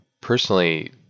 personally